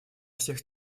всех